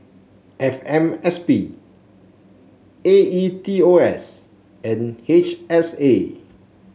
F M S P A E T O S and H S A